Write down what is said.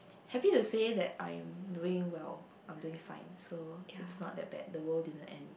happy to say that I'm doing well I'm doing fine so it's not that bad the world didn't end